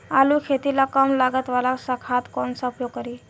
आलू के खेती ला कम लागत वाला खाद कौन सा उपयोग करी?